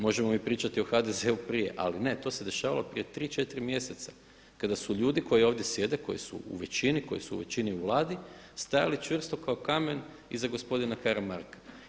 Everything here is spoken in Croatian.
Možemo mi pričati o HDZ-u prije, ali ne, to se dešavalo prije tri, četiri mjeseca kada su ljudi koji ovdje sjede, koji su u većini, koji su u većini u Vladi stajali čvrsto kao kamen iza gospodina Karamarka.